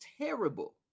terrible